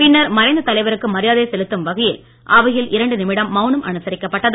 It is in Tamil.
பின்னர் மறைந்த தலைவருக்கு மரியாதை செலுத்தும் வகையில் அவையில் இரண்டு நிமிடம் மவுனம் அனுசரிக்கப்பட்டது